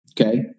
Okay